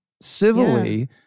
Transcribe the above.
civilly